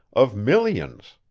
of millions.